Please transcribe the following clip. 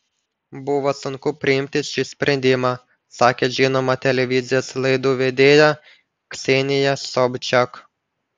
buvo sunku priimti šį sprendimą sakė žinoma televizijos laidų vedėja ksenija sobčiak